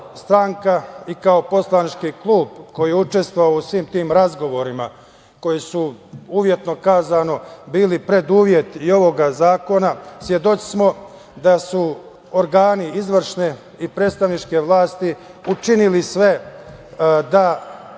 i kao poslanički klub koji je učestvovao u svim tim razgovorima, koji su uslovni rečeno bili preduslov i ovog zakona, svedoci smo da su organi izvršne i predstavničke vlasti učinili sve da